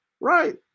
right